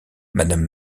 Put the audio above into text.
madame